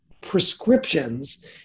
prescriptions